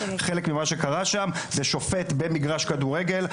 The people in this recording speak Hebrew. חלק ממה שקורה שם זה שופט במגרש כדורגל,